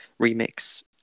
remix